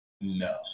No